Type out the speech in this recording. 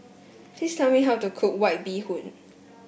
please tell me how to cook White Bee Hoon